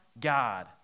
God